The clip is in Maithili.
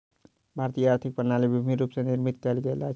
भारतीय आर्थिक प्रणाली विभिन्न रूप स निर्मित कयल गेल अछि